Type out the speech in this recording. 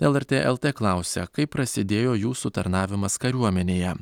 lrt lt klausia kaip prasidėjo jūsų tarnavimas kariuomenėje